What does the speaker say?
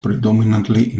predominately